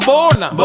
Bona